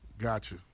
Gotcha